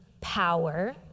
power